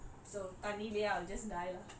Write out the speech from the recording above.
and then I'm just caught